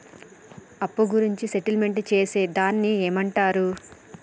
అప్పు గురించి సెటిల్మెంట్ చేసేదాన్ని ఏమంటరు?